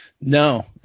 No